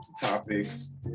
topics